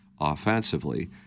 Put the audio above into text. offensively